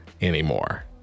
anymore